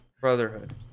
Brotherhood